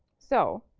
so